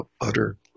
utter